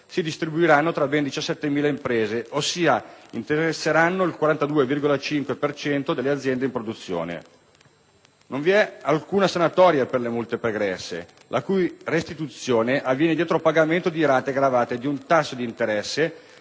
si distribuiranno tra ben 17.000 imprese, ossia interesseranno il 42,5 per cento delle aziende in produzione. In secondo luogo, ribadiamo che non vi è alcuna sanatoria per le multe pregresse, la cui restituzione avviene dietro pagamento di rate gravate di un tasso di interesse